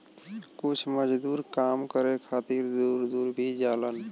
कुछ मजदूर काम करे खातिर दूर दूर भी जालन